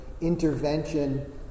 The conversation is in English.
intervention